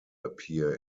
appear